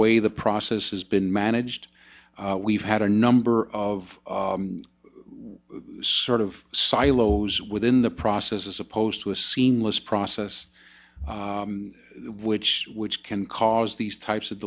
way the process has been managed we've had a number of sort of silos within the process as opposed to a seamless process which which can cause these types of